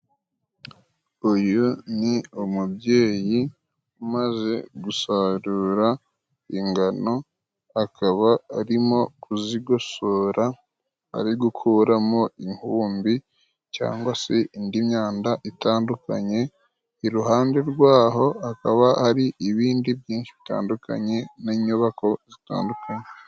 Uyu ni umubyeyi umaze gusarura ingano, akaba arimo kuzigosora ari gukuramo inkumbi cyangwa se indi myanda itandukanye, iruhande rwaho hakaba hari ibindi byinshi bitandukanye n'inyubako zitandukanye.